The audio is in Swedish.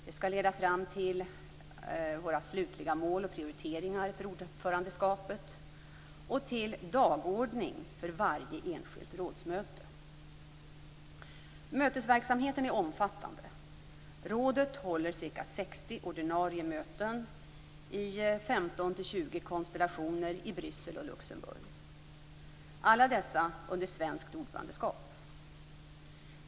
Det skall leda fram till våra slutliga mål och prioriteringar för ordförandeskapet och till en dagordning för varje enskilt rådsmöte. Mötesverksamheten är omfattande. Rådet håller ca 60 ordinarie möten i 15-20 konstellationer i Bryssel och Luxemburg - alla under svenskt ordförandeskap.